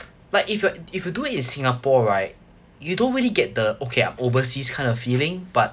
but if you if you do it in singapore right you don't really get the okay I'm overseas kind of feeling but